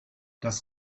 das